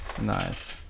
nice